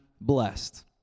blessed